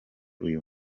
uyu